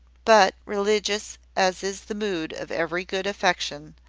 but, religious as is the mood of every good affection,